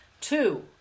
Two